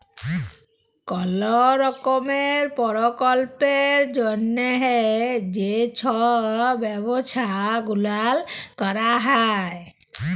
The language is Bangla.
কল রকমের পরকল্পের জ্যনহে যে ছব ব্যবছা গুলাল ক্যরা হ্যয়